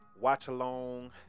watch-along